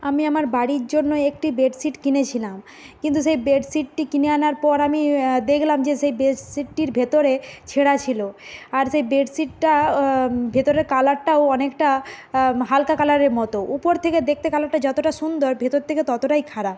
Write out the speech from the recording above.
আমি আমার বাড়ির জন্য একটি বেডশিট কিনেছিলাম কিন্তু সেই বেডশিটটি কিনে আনার পর আমি দেখলাম যে সেই বেডশিটটির ভেতরে ছেঁড়া ছিলো আর সেই বেডশিটটা ভেতরে কালারটাও অনেকটা হালকা কালারের মতো উপর থেকে দেখতে কালারটা যতটা সুন্দর ভেতর থেকে ততটাই খারাপ